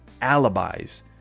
alibis